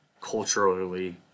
culturally